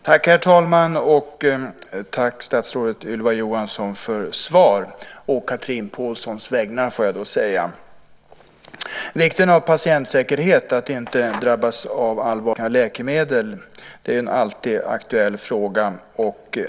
Herr talman! Tack för svar, statsrådet Ylva Johansson, får jag säga på Chatrine Pålssons vägnar. Vikten av patientsäkerhet, att inte drabbas av allvarliga biverkningar av läkemedel, är en alltid aktuell fråga.